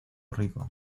rico